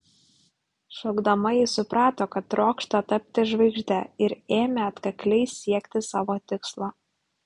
šokdama ji suprato kad trokšta tapti žvaigžde ir ėmė atkakliai siekti savo tikslo